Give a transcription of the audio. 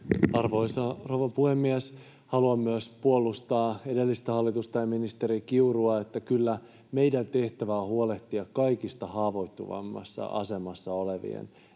Arvoisa rouva puhemies! Haluan myös puolustaa edellistä hallitusta ja ministeri Kiurua, että kyllä meidän tehtävämme on huolehtia kaikista haavoittuvimmassa asemassa olevien ihmisten